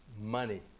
money